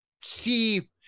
see